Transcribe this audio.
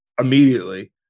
immediately